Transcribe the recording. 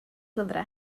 lyfrau